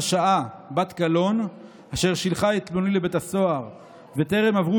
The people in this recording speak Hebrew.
הרשעה בת קלון אשר שילחה את פלוני לבית הסוהר וטרם עברו